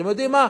אתם יודעים מה,